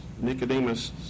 Nicodemus